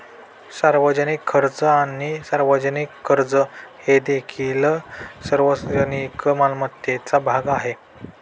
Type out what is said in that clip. सार्वजनिक खर्च आणि सार्वजनिक कर्ज हे देखील सार्वजनिक मालमत्तेचा भाग आहेत